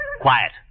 Quiet